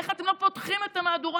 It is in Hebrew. איך אתם לא פותחים את המהדורות.